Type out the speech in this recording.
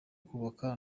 kubaka